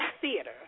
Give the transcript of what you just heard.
Theater